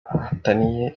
ahataniye